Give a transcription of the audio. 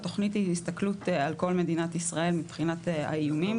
התוכנית היא הסתכלות על כל מדינת ישראל מבחינת האיומים.